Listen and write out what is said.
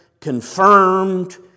confirmed